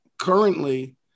currently